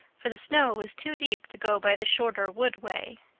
for the snow was too deep to go by the shorter wood way.